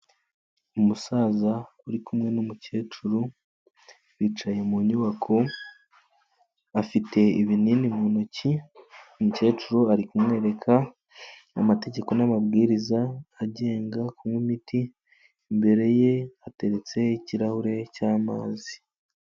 Umusaza uri kumwe n'umukecuru, bicaye mu nyubako afite ibinini mu ntoki, umukecuru ari kumwereka amategeko n'amabwiriza agenga kunywa imiti, imbere ye hateretse ikirahure cy'amazi.